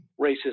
racist